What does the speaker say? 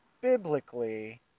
biblically